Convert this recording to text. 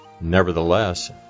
Nevertheless